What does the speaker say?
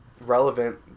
relevant